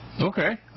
Okay